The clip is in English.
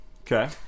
Okay